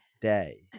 Day